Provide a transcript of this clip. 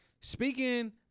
Speaking